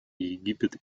египет